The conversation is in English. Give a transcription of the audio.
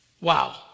Wow